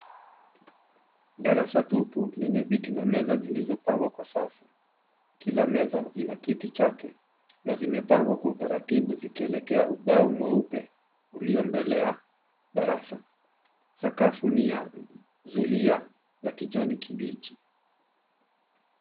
Darasa tupu lenye viti na meza zilizopangwa kwa safu. Kila meza ina kiti chake. Zimepangwa kwa utaratibu zikielekea ubao mweupe ulio mbele ya darasa. Sakafu ni ya zulia la kijani kibichi.